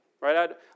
Right